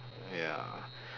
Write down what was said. ya